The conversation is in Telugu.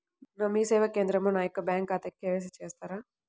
మీ సేవా కేంద్రంలో నా యొక్క బ్యాంకు ఖాతాకి కే.వై.సి చేస్తారా?